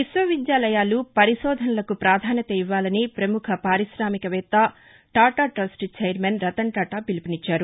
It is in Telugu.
విశ్వవిద్యాలయాలు పరిశోధనలకు పాధాన్యత ఇవ్వాలని ప్రముఖ పారిశామిక వేత్త టాటాటస్ట్ ఛైర్మన్ రతన్ టాటా పిలుపునిచ్చారు